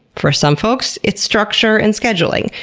for some folks it's structure and scheduling.